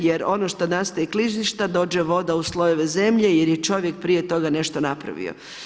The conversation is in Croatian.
Jer ono što nastaje klizišta, dođe voda u slojeve zemlje, jer je čovjek prije toga nešto napravio.